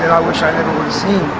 i wish i never would've seen.